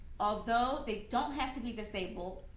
although, they don't have to be disabled,